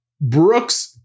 Brooks